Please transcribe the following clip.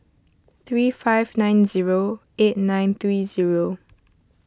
three five nine zero eight nine three zero